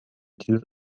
dieses